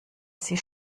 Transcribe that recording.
sie